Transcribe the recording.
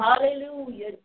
hallelujah